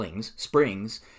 Springs